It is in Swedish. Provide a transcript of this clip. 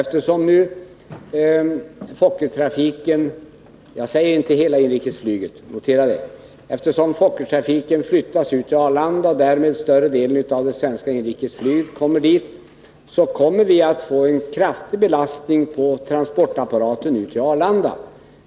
Eftersom Fokkertrafiken — notera att jag inte talar om hela inrikesflyget — flyttas ut till Arlanda och därmed större delen av det svenska inrikesflyget kommer dit, kommer vi att få en kraftig belastning på transportapparaten ut till Arlanda.